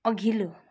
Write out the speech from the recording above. अघिल्लो